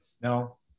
No